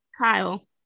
Kyle